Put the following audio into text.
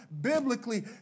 biblically